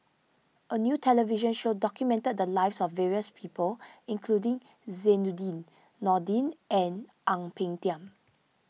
a new television show documented the lives of various people including Zainudin Nordin and Ang Peng Tiam